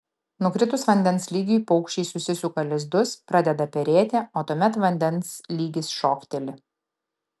nukritus vandens lygiui paukščiai susisuka lizdus pradeda perėti o tuomet vandens lygis šokteli